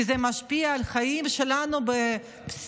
כי זה משפיע על החיים שלנו ביום-יום.